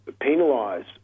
penalise